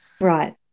Right